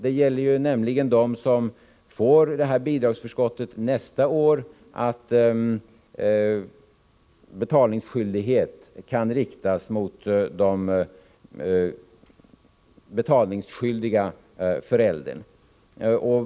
Det gäller nämligen för dem som får bidragsförskottet nästa år att betalningskrav kan riktas mot den betalningsskyldiga föräldern.